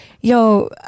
yo